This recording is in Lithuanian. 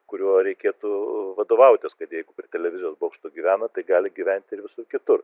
kuriuo reikėtų vadovautis kad jeigu prie televizijos bokšto gyvena tai gali gyventi ir visur kitur